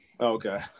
Okay